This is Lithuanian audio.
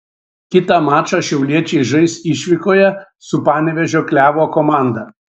kitą mačą šiauliečiai žais išvykoje su panevėžio klevo komanda